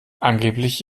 angeblich